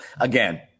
Again